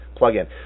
plugin